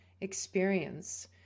experience